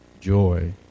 joy